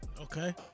okay